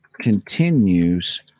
continues